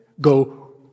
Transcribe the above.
go